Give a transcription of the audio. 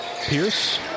Pierce